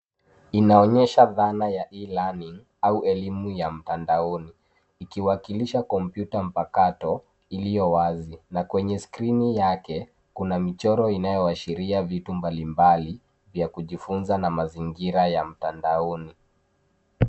Inaonyesha dhana ya e-learning au elimu ya mtandaoni ikiwakilisha kompyuta mpakato iliyo wazi na kwenye skrini yake kuna michoro inayoashiria vitu mbalimbali vya kujifunza na mazingira ya mtandaoni.